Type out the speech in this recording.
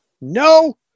No